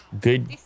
Good